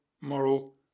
moral